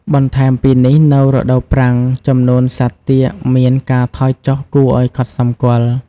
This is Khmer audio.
បន្ថែមពីនេះនៅរដូវប្រាំង ចំនួនសត្វទាកមានការថយចុះគួរឲ្យកត់សម្គាល់។